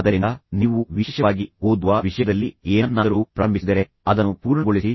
ಆದ್ದರಿಂದ ನೀವು ವಿಶೇಷವಾಗಿ ಓದುವ ವಿಷಯದಲ್ಲಿ ಏನನ್ನಾದರೂ ಪ್ರಾರಂಭಿಸಿದರೆ ಅದನ್ನು ಪೂರ್ಣಗೊಳಿಸಿ